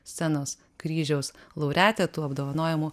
scenos kryžiaus laureatė tų apdovanojimų